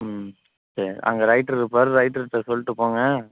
ம் சரி அங்கே ரைட்ரு இருப்பார் ரைட்டர்கிட்ட சொல்லிட்டு போங்க